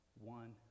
one